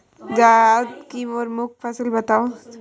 जायद की प्रमुख फसल बताओ